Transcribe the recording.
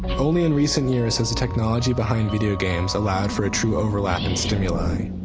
only in recent years has the technology behind video games allowed for a true overlap in stimuli.